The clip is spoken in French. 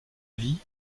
vie